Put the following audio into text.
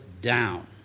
down